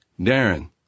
Darren